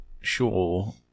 sure